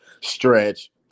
stretch